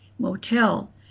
motel